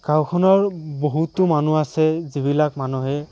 গাঁওখনৰ বহুতো মানুহ আছে যিবিলাক মানুহে